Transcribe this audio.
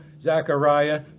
Zechariah